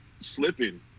slipping